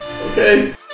Okay